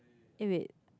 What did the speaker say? is it